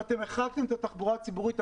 החרגתם את התחבורה הציבורית.